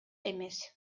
эмес